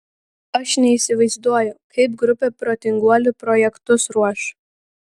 aš neįsivaizduoju kaip grupė protinguolių projektus ruoš